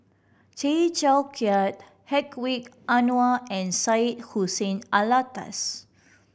Tay Teow Kiat Hedwig Anuar and Syed Hussein Alatas